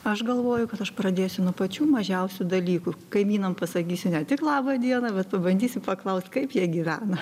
aš galvoju kad aš pradėsiu nuo pačių mažiausių dalykų kaimynam pasakysiu ne tik laba diena bet pabandysiu paklaust kaip jie gyvena